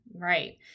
Right